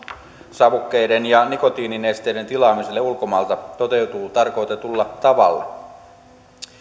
sähkösavukkeiden ja nikotiininesteiden tilaamiselle ulkomailta toteutuu tarkoitetulla tavalla